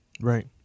Right